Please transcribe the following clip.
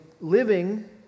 living